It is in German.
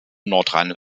nordrhein